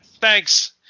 Thanks